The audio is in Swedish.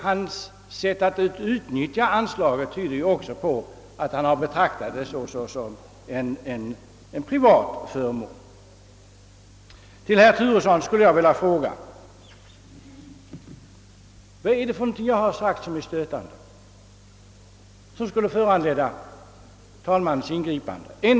ÖB:s sätt att utnyttja fonderna tyder också på att han betraktat dem som en privat förmån. Jag skulle vilja fråga herr Turesson: Vad har jag sagt som är stötande och som borde ha föranlett talmannens ingripande?